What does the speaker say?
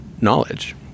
knowledge